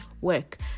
work